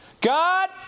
God